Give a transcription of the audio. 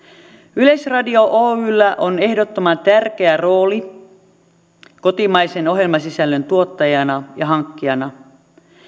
yleisradio oyllä on ehdottoman tärkeä rooli kotimaisen ohjelmasisällön tuottajana ja hankkijana